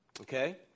Okay